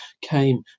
came